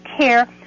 care